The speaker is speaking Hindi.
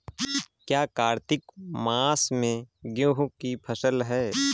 क्या कार्तिक मास में गेहु की फ़सल है?